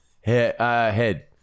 Head